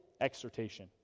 exhortation